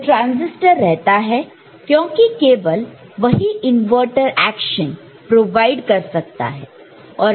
तो ट्रांसिस्टर रहता है क्योंकि केवल वही इनवर्टर एक्शन प्रोवाइड कर सकता है